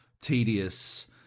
tedious